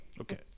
Okay